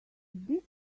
this